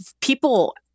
people